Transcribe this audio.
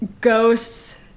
Ghosts